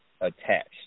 attached